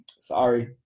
sorry